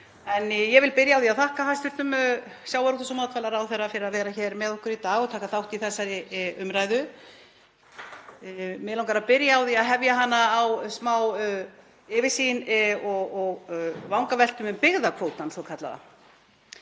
En ég vil byrja á því að þakka hæstv. sjávarútvegs- og matvælaráðherra fyrir að vera hér með okkur í dag og taka þátt í þessari umræðu. Mig langar að byrja á því að hefja hana á smá yfirsýn og vangaveltum um byggðakvótann svokallaða.